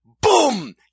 boom